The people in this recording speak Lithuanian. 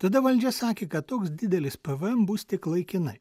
tada valdžia sakė kad toks didelis pvm bus tik laikinai